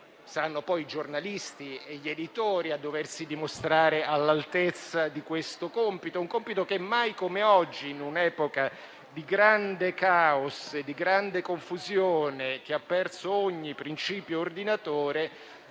saranno poi i giornalisti e gli editori a doversi dimostrare all'altezza di questo compito, un compito che, mai come oggi, in un'epoca di grande caos, di grande confusione, che ha perso ogni principio ordinatore,